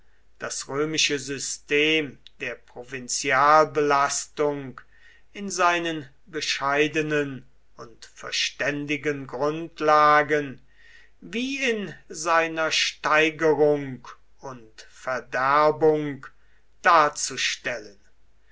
das römische system der provinzialbelastung in seinen bescheidenen und verständigen grundlagen wie in seiner steigerung und verderbung darzustellen